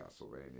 Castlevania